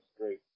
great